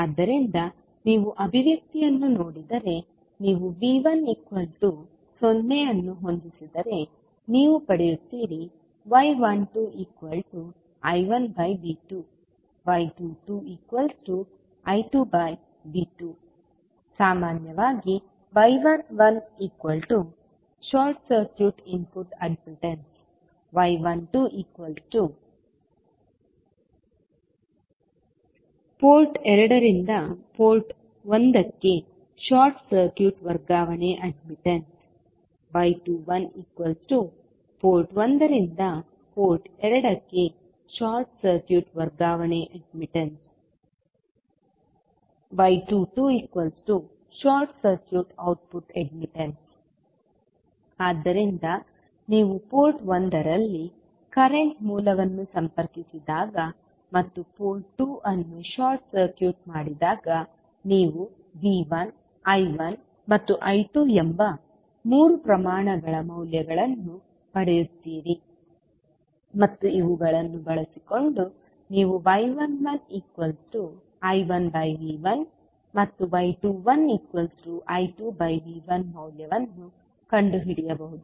ಆದ್ದರಿಂದ ನೀವು ಅಭಿವ್ಯಕ್ತಿಯನ್ನು ನೋಡಿದರೆ ನೀವು V10 ಅನ್ನು ಹೊಂದಿಸಿದರೆ ನೀವು ಪಡೆಯುತ್ತೀರಿ y12I1V2y22I2V2 0520 ನೋಡಿ ಸ್ಲೈಡ್ ಸಮಯ ಸಾಮಾನ್ಯವಾಗಿ y11 short circuit input admittance y12 port 2 ರಿಂದ ಪೋರ್ಟ್ 1 ಗೆ ಶಾರ್ಟ್ ಸರ್ಕ್ಯೂಟ್ ವರ್ಗಾವಣೆ ಅಡ್ಮಿಟ್ಟನ್ಸ್ y21 ಪೋರ್ಟ್ 1 ರಿಂದ ಪೋರ್ಟ್ 2 ಗೆ ಶಾರ್ಟ್ ಸರ್ಕ್ಯೂಟ್ ವರ್ಗಾವಣೆ admittance y two two short circuit output admittance ಆದ್ದರಿಂದ ನೀವು ಪೋರ್ಟ್ 1 ರಲ್ಲಿ ಕರೆಂಟ್ ಮೂಲವನ್ನು ಸಂಪರ್ಕಿಸಿದಾಗ ಮತ್ತು ಪೋರ್ಟ್ 2 ಅನ್ನು ಶಾರ್ಟ್ ಸರ್ಕ್ಯೂಟ್ ಮಾಡಿದಾಗ ನೀವು V1 I1 ಮತ್ತು I2 ಎಂಬ ಮೂರು ಪ್ರಮಾಣಗಳ ಮೌಲ್ಯಗಳನ್ನು ಪಡೆಯುತ್ತೀರಿ ಮತ್ತು ಇವುಗಳನ್ನು ಬಳಸಿಕೊಂಡು ನೀವು y11I1V1 ಮತ್ತು y21I2V1 ಮೌಲ್ಯವನ್ನು ಕಂಡುಹಿಡಿಯಬಹುದು